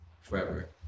forever